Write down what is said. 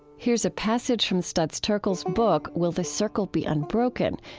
here's a passage from studs terkel's book will the circle be unbroken?